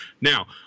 Now